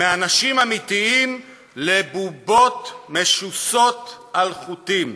מאנשים אמיתיים לבובות משוסות על חוטים.